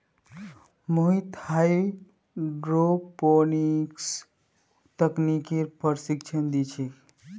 Mohit hydroponics तकनीकेर प्रशिक्षण दी छे